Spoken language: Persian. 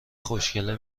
خوشکله